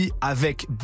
Avec